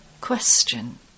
Question